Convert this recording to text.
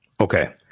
Okay